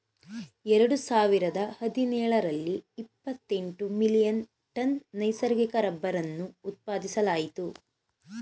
ಎರಡು ಸಾವಿರದ ಹದಿನೇಳರಲ್ಲಿ ಇಪ್ಪತೆಂಟು ಮಿಲಿಯನ್ ಟನ್ ನೈಸರ್ಗಿಕ ರಬ್ಬರನ್ನು ಉತ್ಪಾದಿಸಲಾಯಿತು